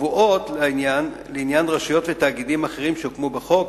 קבועות לעניין רשויות ותאגידים אחרים שהוקמו בחוק,